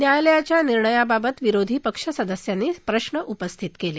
न्यायालयाच्या या निर्णयाबाबत विरोधी पक्षसदस्यांनी प्रश्न उपस्थित केले